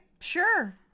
sure